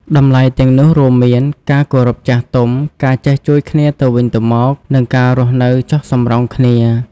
តម្លៃទាំងនោះរួមមាន ការគោរពចាស់ទុំ ការចេះជួយគ្នាទៅវិញទៅមក និងការរស់នៅចុះសម្រុងគ្នា។